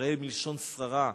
ישראל מלשון שררה,